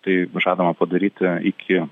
tai žadama padaryti iki